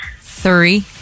three